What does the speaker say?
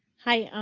hi, um